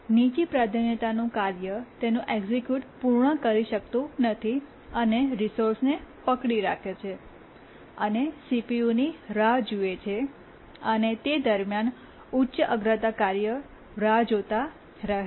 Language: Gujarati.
નીચી પ્રાધાન્યતાનું કાર્ય તેનું એક્સિક્યૂટ પૂર્ણ કરી શકતું નથી અને રિસોર્સને પકડી રાખે છે અને CPUની રાહ જુએ છે અને તે દરમિયાન ઉચ્ચ અગ્રતા કાર્ય રાહ જોતા રહે છે